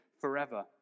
forever